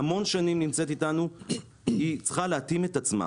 המון שנים נמצאת איתנו, היא צריכה להתאים את עצמה.